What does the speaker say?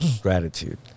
Gratitude